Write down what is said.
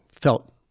felt